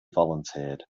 volunteered